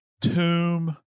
tomb